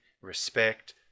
respect